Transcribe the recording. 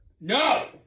No